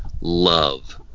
love